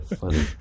funny